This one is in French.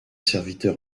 serviteur